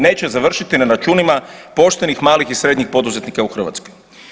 Neće završiti na računima poštenih malih i srednjih poduzetnika u Hrvatskoj.